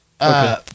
Okay